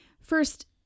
first